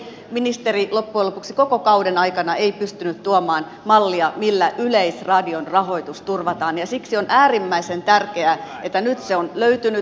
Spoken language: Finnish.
ministeri ei loppujen lopuksi koko kauden aikana pystynyt tuomaan mallia millä yleisradion rahoitus turvataan ja siksi on äärimmäisen tärkeää että nyt se on löytynyt